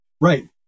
right